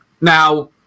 Now